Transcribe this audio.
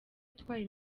utwaye